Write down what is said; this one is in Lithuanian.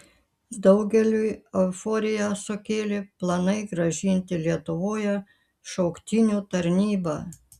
daugeliui euforiją sukėlė planai grąžinti lietuvoje šauktinių tarnybą